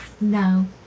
no